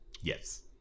Yes